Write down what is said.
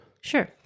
Sure